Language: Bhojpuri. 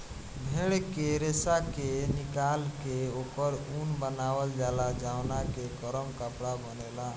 भेड़ के रेशा के निकाल के ओकर ऊन बनावल जाला जवना के गरम कपड़ा बनेला